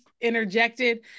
interjected